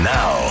now